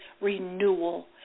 renewal